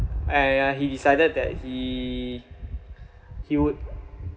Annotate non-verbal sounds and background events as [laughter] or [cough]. and uh he decided that he [breath] he would